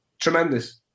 Tremendous